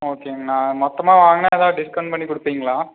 ஓகேங்க நான் மொத்தமாக வாங்குனா எதாவது டிஸ்கவுண்ட் பண்ணி கொடுப்பீங்களா